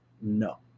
No